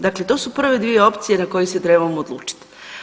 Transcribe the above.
Dakle, to su prve dvije opcije na koje se trebamo odlučiti.